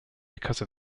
because